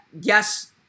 yes